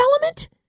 Element